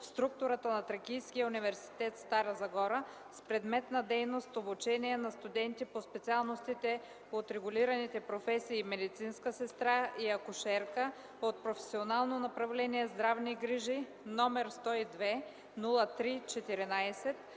структурата на Тракийския университет – Стара Загора, с предмет на дейност обучение на студенти по специалностите от регулираните професии „Медицинска сестра” и „Акушерка” от професионално направление „Здравни грижи” № 102-03-14,